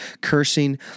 cursing